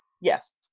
Yes